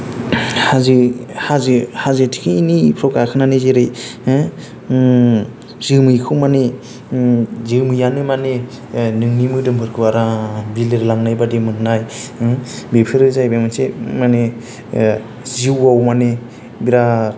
हाजो हाजो थिखिनिफ्राव गाखोनानै जेरै जोमैखौ माने जोमैआनो मानि नोंनि मोदोमफोरखौ आराम बिलिरलांनाय बादि मोननाय बेफोरो जाहैबाय मोनसे माने जिउआव माने बिराद